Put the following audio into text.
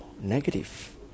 negative